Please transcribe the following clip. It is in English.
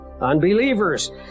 Unbelievers